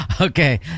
Okay